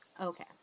Okay